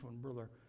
brother